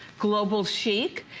global chic.